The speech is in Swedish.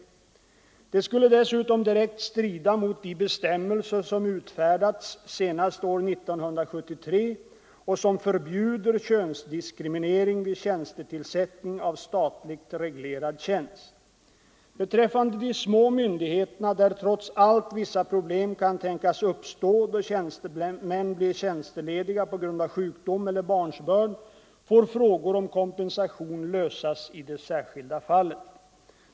= försäkringen för Det skulle dessutom direkt strida mot de bestämmelser som utfärdats = statliga myndighe senast år 1973 och som förbjuder könsdiskriminering vid tjänstetillsätt — ters utgifter för sjuk trots allt vissa problem kan tänkas uppstå då tjänstemän blir tjänstlediga — ning på grund av sjukdom eller barnsbörd får frågor om kompensation lösas i det särskilda fallet.